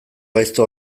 gaizto